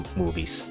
movies